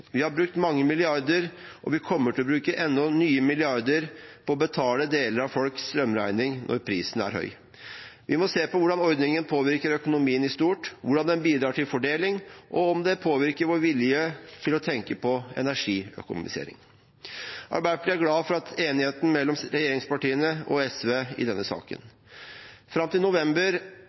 Vi har brukt mange milliarder, og vi kommer til å bruke nye milliarder på å betale deler av folks strømregning når prisen er høy. Vi må se på hvordan ordningen påvirker økonomien i stort, hvordan den bidrar til fordeling, og om det påvirker vår vilje til å tenke på energiøkonomisering. Arbeiderpartiet er glad for enigheten mellom regjeringspartiene og SV i denne saken. Fram til november